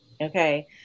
okay